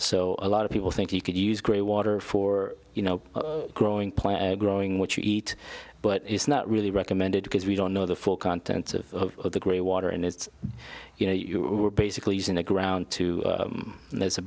so a lot of people think you could use grey water for you know growing plant growing what you eat but it's not really recommended because we don't know the full contents of the grey water and it's you know you're basically using the ground to there's a